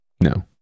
No